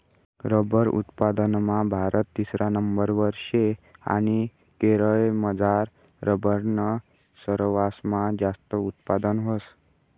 rubber उत्पादनमा भारत तिसरा नंबरवर शे आणि केरयमझार रबरनं सरवासमा जास्त उत्पादन व्हस